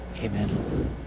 Amen